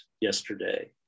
yesterday